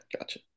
Gotcha